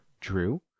Drew